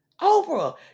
Oprah